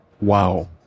Wow